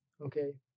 okay